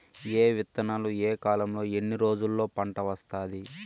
ఏ విత్తనాలు ఏ కాలంలో ఎన్ని రోజుల్లో పంట వస్తాది?